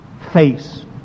face